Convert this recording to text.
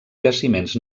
jaciments